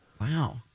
Wow